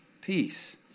peace